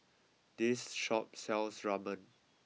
this shop sells Ramen